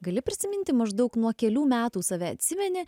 gali prisiminti maždaug nuo kelių metų save atsimeni